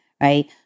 right